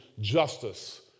justice